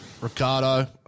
Ricardo